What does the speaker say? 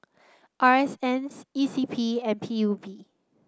R S N C E C P and P U B